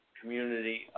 community